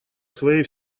своей